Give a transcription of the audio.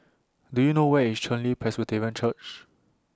Do YOU know Where IS Chen Li Presbyterian Church